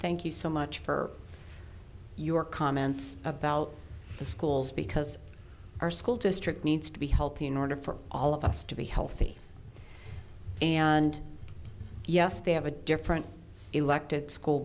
thank you so much for your comments about the schools because our school district needs to be healthy in order for all of us to be healthy and yes they have a different elected school